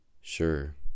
Sure